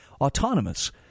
autonomous